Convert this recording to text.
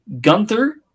Gunther